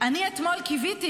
אני אתמול קיוויתי,